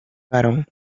llegaron